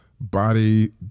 body